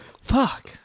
Fuck